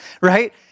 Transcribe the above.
right